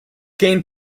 gain